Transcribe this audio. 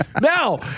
Now